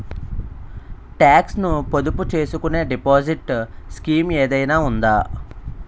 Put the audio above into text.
Talks ను పొదుపు చేసుకునే డిపాజిట్ స్కీం ఏదైనా ఉందా?